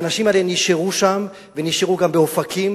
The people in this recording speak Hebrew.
והאנשים האלה נשארו שם, ונשארו גם באופקים